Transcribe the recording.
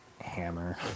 hammer